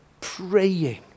praying